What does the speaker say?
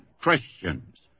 Christians